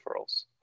referrals